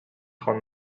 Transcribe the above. خوان